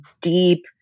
deep